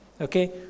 Okay